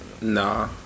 Nah